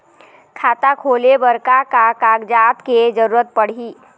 खाता खोले बर का का कागजात के जरूरत पड़ही?